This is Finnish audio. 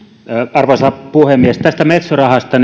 arvoisa puhemies tästä metso rahasta